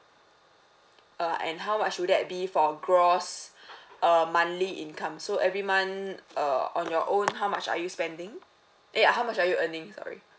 uh and how much would that be for gross uh monthly income so every month uh on your own how much are you spending eh how much are you earning sorry